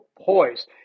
poised